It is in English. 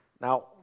Now